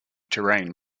terrain